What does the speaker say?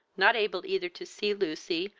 not able either to see lucy,